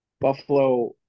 Buffalo